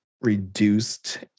reduced